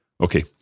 Okay